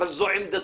אבל זו עמדתי.